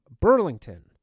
Burlington